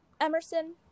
Emerson